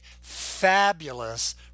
fabulous